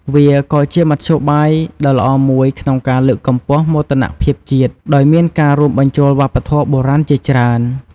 វាក៏ជាមធ្យោបាយដ៏ល្អមួយក្នុងការលើកកម្ពស់មោទនភាពជាតិ ដោយមានការរួមបញ្ចូលវប្បធម៌បុរាណជាច្រើន ។